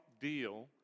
deal